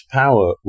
power